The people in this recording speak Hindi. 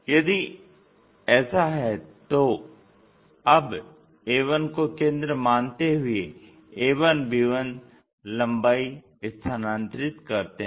यदि ऐसा है तो अब a1 को केंद्र मानते हुए a1b1 लम्बाई स्थानांतरित करते हैं